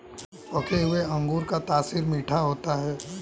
पके हुए अंगूर का तासीर मीठा होता है